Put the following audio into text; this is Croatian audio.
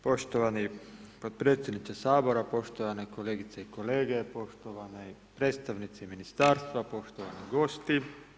Poštovani podpredsjedniče Sabora, poštovane kolegice i kolege, poštovani predstavnici Ministarstva, poštovani gosti.